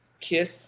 kiss